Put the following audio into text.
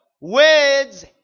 Words